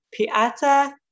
Pi'ata